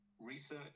research